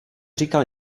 říkal